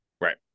Right